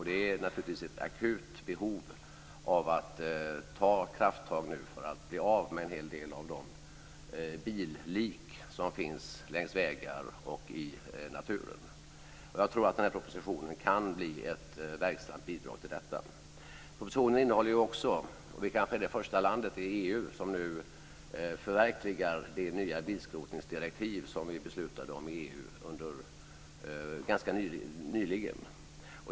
Det finns naturligtvis ett akut behov av att ta krafttag för att bli av med en hel del av de billik som finns längs vägar och i naturen. Jag tror att denna proposition kan bli ett verksamt bidrag till detta. Vi kanske är det första landet i EU som förverkligar det nya bilskrotningsdirektiv som vi beslutade om i EU ganska nyligen.